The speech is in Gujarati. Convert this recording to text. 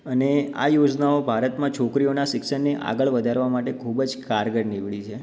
અને આ યોજનાઓ ભારતમાં છોકરીઓના શિક્ષણને આગળ વધારવા માટે ખૂબ જ કારગર નિવડી છે